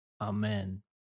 Amen